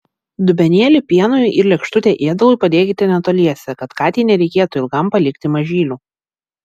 dubenėlį pienui ir lėkštutę ėdalui padėkite netoliese kad katei nereikėtų ilgam palikti mažylių